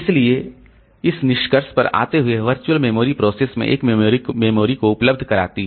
इसलिए इस निष्कर्ष पर आते हुए वर्चुअल मेमोरी प्रोसेस में एक मेमोरी को उपलब्ध कराती है